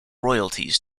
royalties